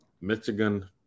Michigan